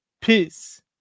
Peace